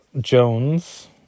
Jones